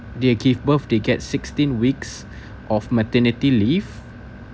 they give birth they get sixteen weeks of maternity leave